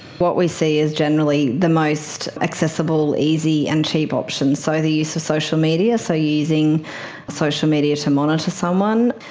what we see is generally the most accessible, easy and cheap option, so the use of social media, so using social media to monitor someone.